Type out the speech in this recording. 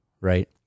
Right